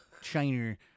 China